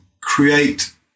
create